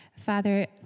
Father